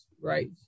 right